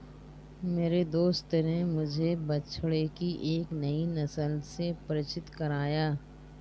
मेरे दोस्त ने मुझे बछड़े की एक नई नस्ल से परिचित कराया